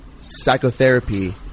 psychotherapy